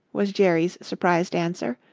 was jerry's surprised answer.